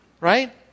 right